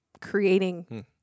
creating